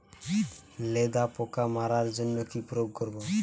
লেদা পোকা মারার জন্য কি প্রয়োগ করব?